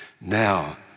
Now